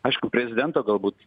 aišku prezidento galbūt